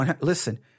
listen